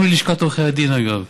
גם לשכת עורכי הדין, אגב,